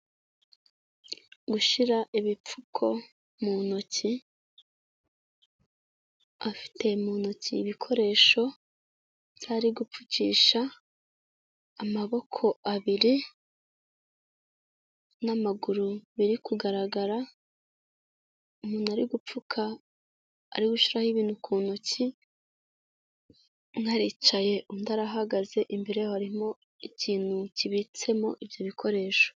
Gushyira ibipfuko mu ntoki, afite mu ntoki ibikoresho byo ari gupfukisha amaboko abiri n'amaguru biri kugaragara, umuntu ari gupfuka; ari gushyiraho ibintu ku ntoki, umwe aricaye undi arahagaze, imbere yabo harimo ikintu kibitsemo ibyo bikoresho.